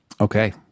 Okay